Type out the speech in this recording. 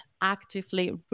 actively